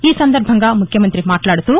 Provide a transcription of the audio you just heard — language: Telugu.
ఈసందర్బంగా ముఖ్యమంతి మాట్లాడుతూ